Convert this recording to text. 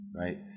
right